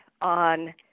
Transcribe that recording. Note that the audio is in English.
on